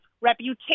reputation